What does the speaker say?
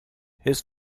his